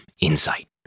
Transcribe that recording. insight